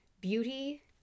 beauty